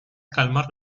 calmar